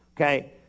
Okay